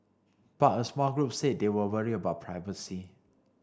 but a small group said they were worried about privacy